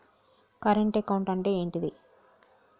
Current account అంటే ఏంటిది?